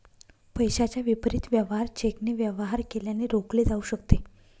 पैशाच्या विपरीत वेवहार चेकने वेवहार केल्याने रोखले जाऊ शकते